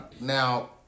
now